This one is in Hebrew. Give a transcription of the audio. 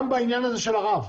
גם בעניין הזה של הרב.